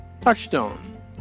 Touchstone